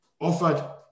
offered